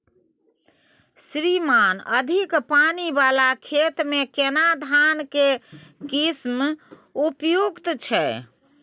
श्रीमान अधिक पानी वाला खेत में केना धान के किस्म उपयुक्त छैय?